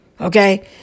Okay